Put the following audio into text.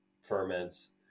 ferments